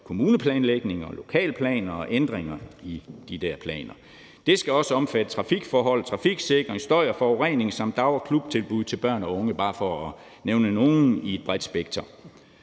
kommuneplanlægning, lokalplaner og ændringer i de planer. Det skal også omfatte trafikforhold, trafiksikring, støj og forurening samt dag- og klubtilbud til børn og unge, bare for at nævne nogle ud af et bredt spektrum.